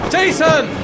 Jason